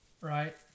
right